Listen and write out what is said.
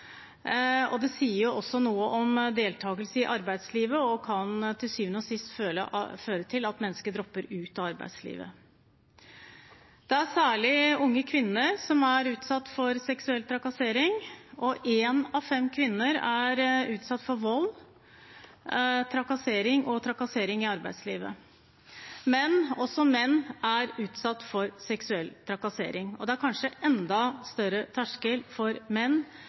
og det sier også noe om deltakelse i arbeidslivet og kan til syvende og sist føre til at mennesker dropper ut av arbeidslivet. Det er særlig unge kvinner som er utsatt for seksuell trakassering. Én av fem kvinner er utsatt for vold, trakassering og trakassering i arbeidslivet. Men også menn er utsatt for seksuell trakassering. Det er kanskje enda høyere terskel for menn